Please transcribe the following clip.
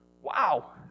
Wow